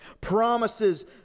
Promises